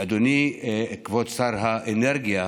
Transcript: ואדוני כבוד שר האנרגיה,